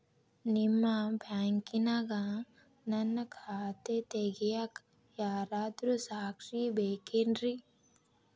ನಿಮ್ಮ ಬ್ಯಾಂಕಿನ್ಯಾಗ ನನ್ನ ಖಾತೆ ತೆಗೆಯಾಕ್ ಯಾರಾದ್ರೂ ಸಾಕ್ಷಿ ಬೇಕೇನ್ರಿ?